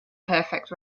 perfect